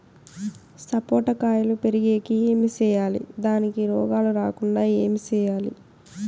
సపోట కాయలు పెరిగేకి ఏమి సేయాలి దానికి రోగాలు రాకుండా ఏమి సేయాలి?